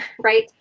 right